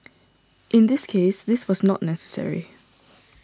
in this case this was not necessary